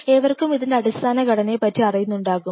ഏവർക്കും ഇതിൻറെ അടിസ്ഥാന ഘടനയെ പറ്റി അറിയുന്നു ണ്ടാകും